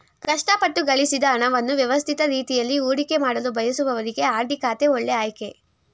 ಕಷ್ಟಪಟ್ಟು ಗಳಿಸಿದ ಹಣವನ್ನು ವ್ಯವಸ್ಥಿತ ರೀತಿಯಲ್ಲಿ ಹೂಡಿಕೆಮಾಡಲು ಬಯಸುವವರಿಗೆ ಆರ್.ಡಿ ಖಾತೆ ಒಳ್ಳೆ ಆಯ್ಕೆ